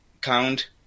count